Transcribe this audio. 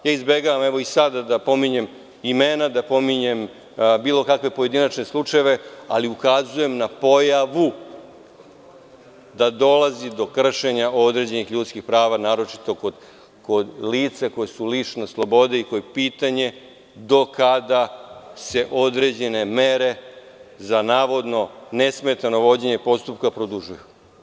Izbegavam, evo i sada, da pominjem imena, da pominjem bilo kakve pojedinačne slučajeve, ali ukazujem na pojavu da dolazi do kršenja određenih ljudskih prava, naročito kod lica koja su lišena slobode i gde je pitanje do kada se određene mere za, navodno, nesmetano vođenje postupka produžuju.